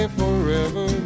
forever